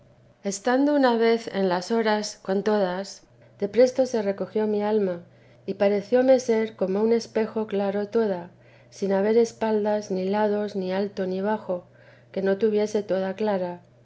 estando una vez en las horas con todas de presto se recogió mi alma y parecióme ser como un espejo claro toda sin haber espaldas ni lados ni alto ni bajo que no estuviese toda clara